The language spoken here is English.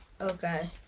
Okay